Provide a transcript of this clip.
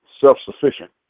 self-sufficient